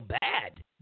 bad